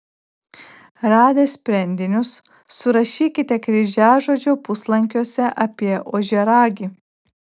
radę sprendinius surašykite kryžiažodžio puslankiuose apie ožiaragį